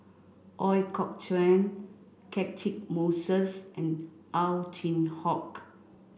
Ooi Kok Chuen Catchick Moses and Ow Chin Hock